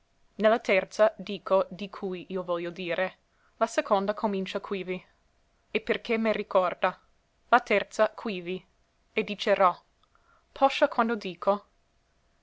la terza dico di cui io voglio dire la seconda comincia quivi e perché me ricorda la terza quivi e dicerò poscia quando dico